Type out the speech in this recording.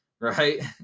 right